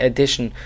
Edition